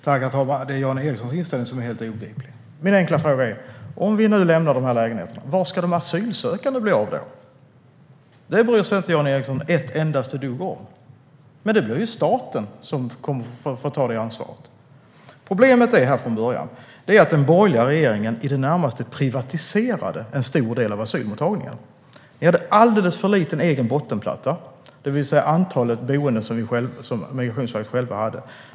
Herr talman! Det är Jan Ericsons inställning som är helt obegriplig. Min enkla fråga är: Om vi nu lämnar de här lägenheterna, vart ska då de asylsökande ta vägen? Det bryr sig inte Jan Ericson om ett endaste dugg. Det blir ju staten som får ta det ansvaret. Problemet är från början att den borgerliga regeringen i det närmaste privatiserade en stor del av asylmottagandet. Det var en alldeles för liten egen bottenplatta, det vill säga antalet boenden som Migrationsverket själva hade.